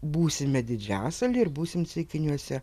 būsime didžiasaly ir būsim ceikiniuose